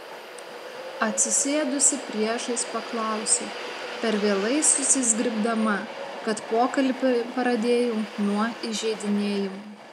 atsisėdusi priešais paklausiau per vėlai susizgribdama kad pokalbį pradėjau nuo įžeidinėjimų